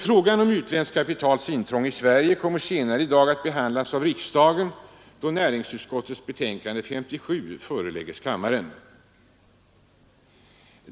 Frågan om utländskt kapitals intrång i Sverige kommer senare i dag att behandlas av riksdagen, då näringsutskottets betänkande nr 57 föreläggs kammaren.